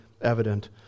evident